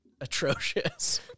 Atrocious